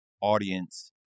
audience